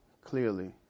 clearly